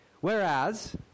Whereas